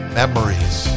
memories